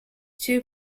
two